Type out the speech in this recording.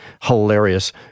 hilarious